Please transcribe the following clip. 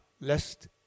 Lest